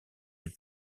les